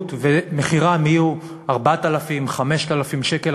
לשכירות דירות במחיר של 4,000, 5,000 שקל?